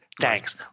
Thanks